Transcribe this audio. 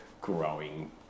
growing